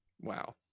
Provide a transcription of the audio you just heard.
Wow